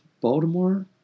Baltimore